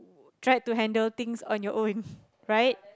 tried to handle things on your own right